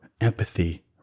empathy